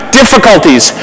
difficulties